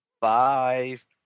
five